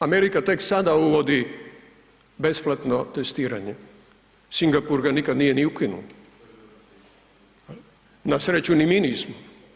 Amerika tek sada uvodi besplatno testiranje, Singapur ga nikad nije ni ukinuo, nasreću ni mi nismo.